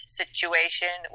situation